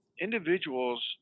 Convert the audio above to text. individuals